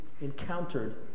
encountered